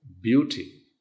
beauty